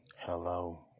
hello